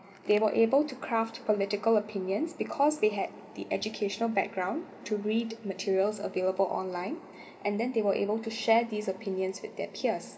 they were able to craft political opinions because they had the educational background to read materials available for online and then they were able to share these opinions with their peers